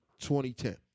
2010